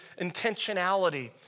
intentionality